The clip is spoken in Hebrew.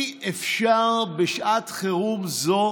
אי-אפשר בשעת חירום זו